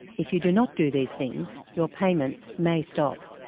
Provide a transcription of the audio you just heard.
if you do not do these things your payments may stop.